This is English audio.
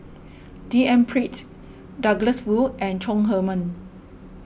D N Pritt Douglas Foo and Chong Heman